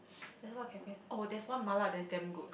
there's a lot of cafes oh that's one mala there's damn good